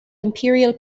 imperial